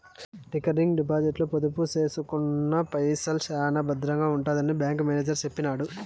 recurring డిపాజిట్ల పొదుపు సేసుకున్న పైసల్ శానా బద్రంగా ఉంటాయని బ్యాంకు మేనేజరు సెప్పినాడు